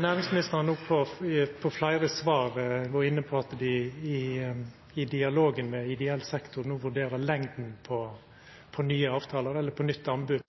Næringsministeren var i fleire svar inne på at ein i dialogen med ideell sektor no vurderer lengda på nye avtalar eller nytt